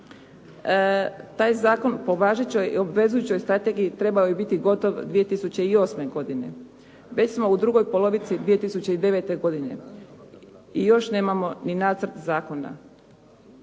Taj zakon po važećoj i obvezujućoj strategiji trebao je biti gotov 2008. godine. Već smo u drugoj polovici 2009. godine i još nemamo ni nacrt zakona.